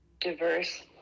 diverse